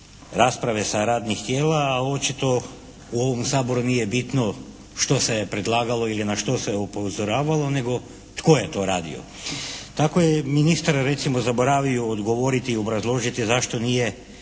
rasprave sa radnih tijela, a očito u ovom Saboru nije bitno što se je predlagalo ili na što se je upozoravalo, nego tko je to radio. Tako je ministar recimo zaboravio odgovoriti i obrazložiti zašto nije